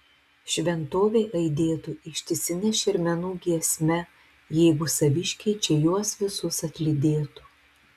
šventovė aidėtų ištisine šermenų giesme jeigu saviškiai čia juos visus atlydėtų